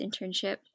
internship